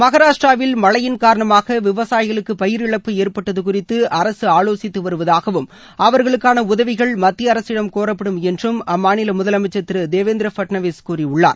மகாராஷ்ட்ராவில் மழையின் காரணமாக விவசாயிகளுக்கு பயிர் இழப்பு ஏற்பட்டது குறித்து அரசு ஆலோசித்து வருவதாகவும் அவர்களுக்கான உதவிகள் மத்திய அரசிடம் கோரப்படும் என்றும் அம்மாநில முதலமைச்சர் திரு தேவேந்திர ஃபட்னாவிஸ் கூறியுள்ளார்